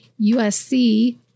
USC